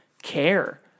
care